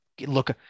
look